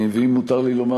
ואם מותר לי לומר,